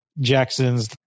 Jackson's